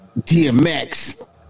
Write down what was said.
DMX